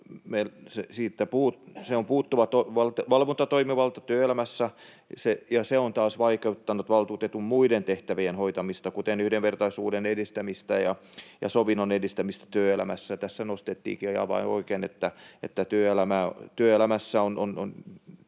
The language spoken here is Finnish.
on puuttunut valvontatoimivalta työelämässä, mikä on taas vaikeuttanut valtuutetun muiden tehtävien hoitamista, kuten yhdenvertaisuuden edistämistä ja sovinnon edistämistä työelämässä. Tässä nostettiinkin, aivan oikein, että sillä,